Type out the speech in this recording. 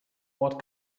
what